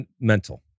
mental